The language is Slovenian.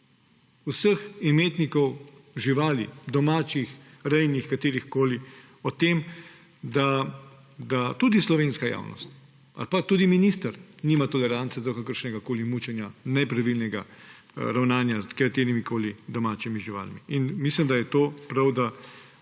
vseh imetnikov živali – domačih, rejnih, katerihkoli – o tem, da tudi slovenska javnost ali pa tudi minister nima tolerance do kakršnegakoli mučenja, nepravilnega ravnanja s katerimikoli domačimi živalmi. In mislim, da je to prav, da